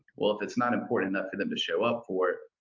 well, if it's not important enough for them to show up for,